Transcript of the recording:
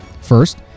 First